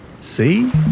See